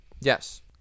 Yes